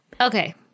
Okay